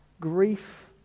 Grief